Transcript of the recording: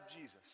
Jesus